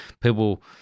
people